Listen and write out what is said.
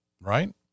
right